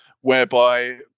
whereby